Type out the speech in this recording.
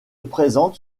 présente